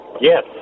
Yes